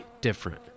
different